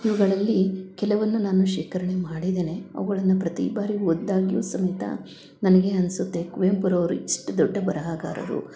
ಇವುಗಳಲ್ಲಿ ಕೆಲವನ್ನು ನಾನು ಶೇಖರಣೆ ಮಾಡಿದ್ದೇನೆ ಅವುಗಳನ್ನ ಪ್ರತಿಬಾರಿ ಓದಿದಾಗ್ಲು ಸಮೇತ ನನಗೆ ಅನಿಸುತ್ತೆ ಕುವೆಂಪುರವರು ಇಷ್ಟು ದೊಡ್ಡ ಬರಹಗಾರರು